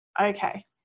Okay